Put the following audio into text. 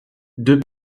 deux